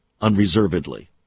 unreservedly